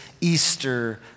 Easter